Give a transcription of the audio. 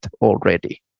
already